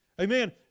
Amen